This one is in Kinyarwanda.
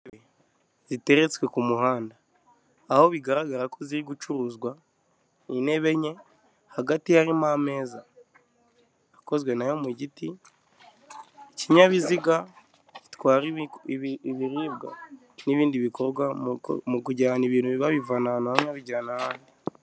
Intebe ziteretswe ku muhanda aho bigaragara ko ziri gucuruzwabe ni intebe enye, hagati harimon ameza akozwe na yo mu giti, ikinyabiziga gitwara ibiribwa n'ibindi bikorwa mu kujyana ibintu babivana ahantu hamwe babijyana ahandi.